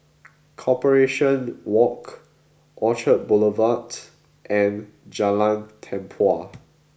Corporation Walk Orchard Boulevard and Jalan Tempua